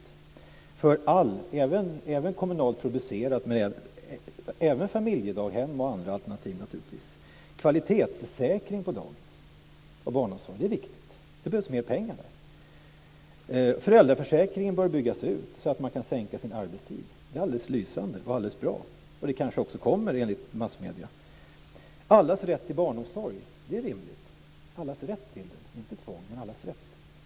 Det gäller all barnomsorg, även kommunalt producerad, familjedaghem och andra alternativ. Kvalitetssäkring på barnomsorg och på dagis är viktigt. Det behövs mer pengar där. Föräldraförsäkringen bör byggas ut så att man kan sänka sin arbetstid. Det är alldeles lysande och bra. Och det kanske också kommer enligt massmedierna. Allas rätt till barnomsorg är rimligt. Allas rätt till den, inte tvång.